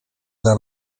dla